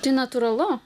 tai natūralu